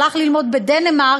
שהלך ללמוד בדנמרק,